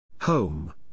Home